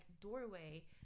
doorway